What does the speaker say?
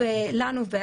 --- נכון.